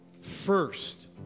first